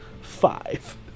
Five